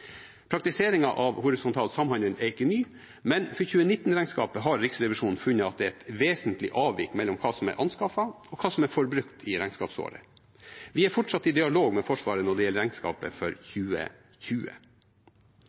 av horisontal samhandel er ikke ny, men for 2019-regnskapet har Riksrevisjonen funnet at det er et vesentlig avvik mellom hva som er anskaffet, og hva som er forbrukt i regnskapsåret. Vi er fortsatt i dialog med Forsvaret når det gjelder regnskapet for